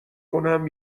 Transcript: کنم